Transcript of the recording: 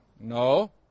No